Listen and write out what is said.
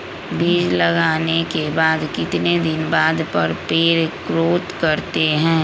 बीज लगाने के बाद कितने दिन बाद पर पेड़ ग्रोथ करते हैं?